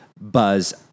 Buzz